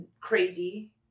crazy